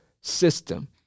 system